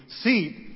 seat